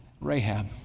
Rahab